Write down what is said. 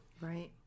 right